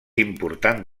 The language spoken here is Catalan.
important